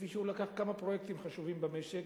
כפי שהוא לקח כמה פרויקטים חשובים במשק